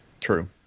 true